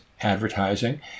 advertising